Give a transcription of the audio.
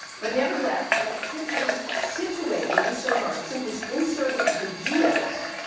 but nevertheless by simply situating, inser, sorry, simply inserting the geos